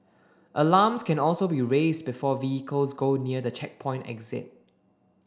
alarms can also be raised before vehicles go near the checkpoint exit